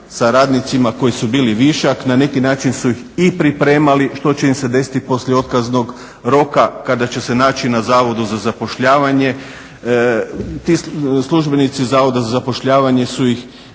sa radnicima koji su bili višak, na neki način su ih i pripremali što će im se desiti poslije otkaznog roka kada će se naći na Zavodu za zapošljavanje. Ti službenici Zavoda za zapošljavanje su ih